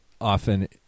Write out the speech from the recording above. often